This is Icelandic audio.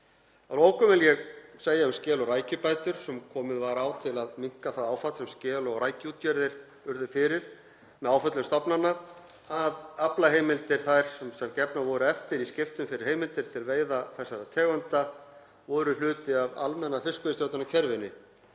lokum vil ég segja um skel- og rækjubætur, sem komið var á til að minnka það áfall sem skel- og rækjuútgerðir urðu fyrir með áföllum stofnanna, að aflaheimildir þær sem gefnar voru eftir í skiptum fyrir heimildir til veiða þessara tegunda voru hluti af almenna fiskveiðistjórnarkerfinu